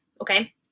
Okay